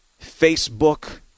Facebook